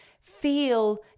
feel